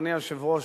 אדוני היושב-ראש,